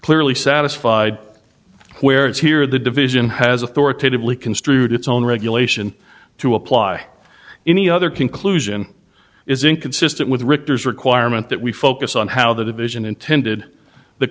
clearly satisfied where it's here the division has authoritatively construed its own regulation to apply any other conclusion is inconsistent with richter's requirement that we focus on how the division intended the